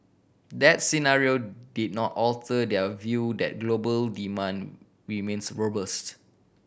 that scenario did not alter their view that global demand remains robust